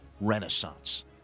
renaissance